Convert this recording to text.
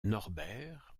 norbert